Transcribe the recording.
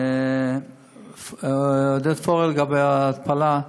עודד פורר, לגבי ההתפלה,